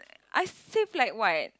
I saved like what